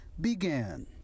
began